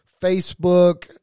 Facebook